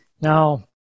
Now